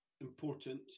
important